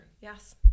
Yes